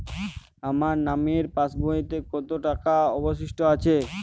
আমার নামের পাসবইতে কত টাকা অবশিষ্ট আছে?